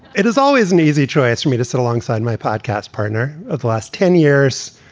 it is always an easy choice for me to sit alongside my podcast partner of the last ten years,